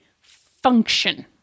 function